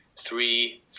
three